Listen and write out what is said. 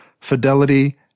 fidelity